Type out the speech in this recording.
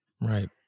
right